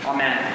Amen